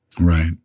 right